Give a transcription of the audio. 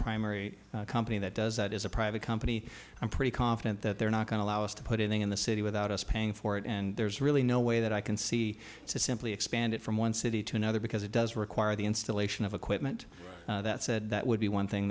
primary company that does that is a private company i'm pretty confident that they're not going to allow us to put it in the city without us paying for it and there's really no way that i can see to simply expand it from one city to another because it does require the installation of equipment that said that would be one thing